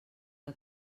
que